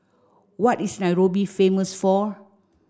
what is Nairobi famous for